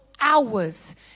hours